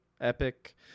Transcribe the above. epic